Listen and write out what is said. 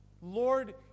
Lord